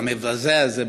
המבזה הזה,